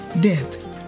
Death